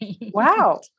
Wow